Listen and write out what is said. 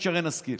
שרן השכל.